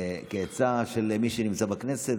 כעצה של מי שנמצא בכנסת,